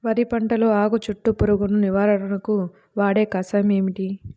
వరి పంటలో ఆకు చుట్టూ పురుగును నివారణకు వాడే కషాయం ఏమిటి?